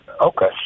Okay